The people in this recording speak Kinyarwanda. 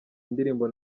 indirimbo